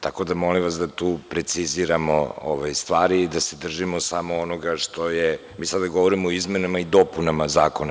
Tako da molim vas da tu preciziramo stvari i da se držimo onoga što je, a mi sada govorimo i izmenama i dopuna zakona.